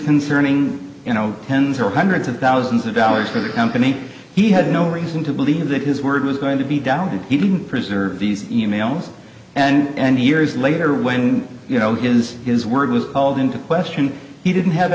concerning you know tens or hundreds of thousands of dollars for the company he had no reason to believe that his word was going to be doubted he didn't preserve these emails and years later when you know his his word was called into question he didn't have